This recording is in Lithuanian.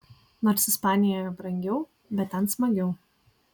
nors ispanijoje brangiau bet ten smagiau